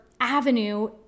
avenue